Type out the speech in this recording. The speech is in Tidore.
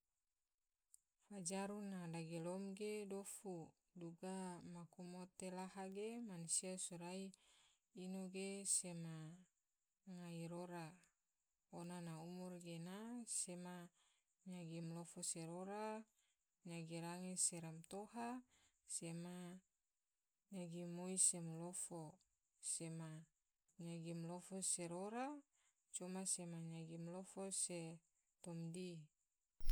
Fajaru na dagilom ge dofu, duga maku mote laha ge mansia sorai ino ge sema ngai rora, ona na umur gena sema yagi ma lofo se rora, yagi range se matoha, sema nyagi malofo, sema nyagi malofo se rora, coma sema nyagi malofo se tumdi.